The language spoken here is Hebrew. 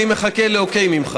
אני מחכה לאוקיי ממך,